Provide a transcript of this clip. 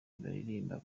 baririmba